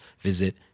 visit